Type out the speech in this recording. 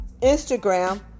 Instagram